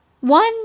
one